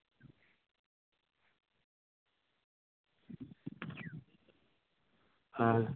ᱦᱮᱸ